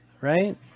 right